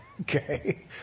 okay